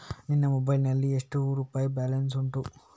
ನಿನ್ನ ಮೊಬೈಲ್ ನಲ್ಲಿ ಎಷ್ಟು ರುಪಾಯಿ ಬ್ಯಾಲೆನ್ಸ್ ಉಂಟು?